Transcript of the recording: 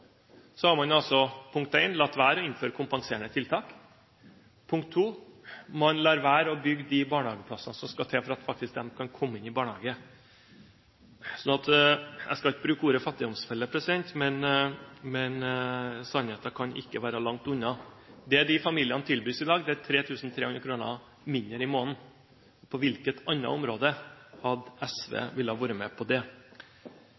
Så har man for det første latt være å innføre kompenserende tiltak, og for det andre lar man være å bygge de barnehageplassene som skal til for å at de barna kan komme inn i barnehage. Jeg skal ikke bruke ordet fattigdomsfelle, men sannheten kan ikke være langt unna. Det de familiene tilbys i dag, er 3 300 kr mindre i måneden. På hvilket annet område hadde SV villet være med på det?